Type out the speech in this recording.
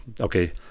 Okay